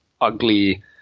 ugly